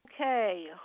Okay